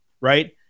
Right